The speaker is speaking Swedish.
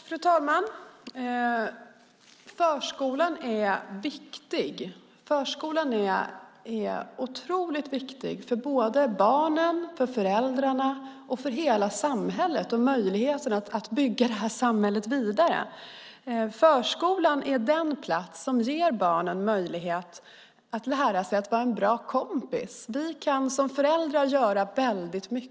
Fru talman! Förskolan är otroligt viktig för barnen, för föräldrarna och för hela samhället och möjligheten att bygga samhället vidare. Förskolan är den plats där barnen ges möjlighet att lära sig att vara en bra kompis. Som föräldrar kan vi göra väldigt mycket.